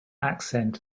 accent